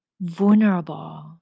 vulnerable